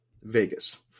Vegas